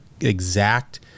exact